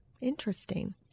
Interesting